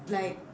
like